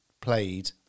played